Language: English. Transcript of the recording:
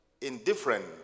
indifferent